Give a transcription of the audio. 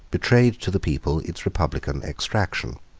betrayed to the people its republican extraction.